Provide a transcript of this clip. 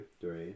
three